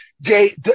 jay